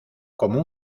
como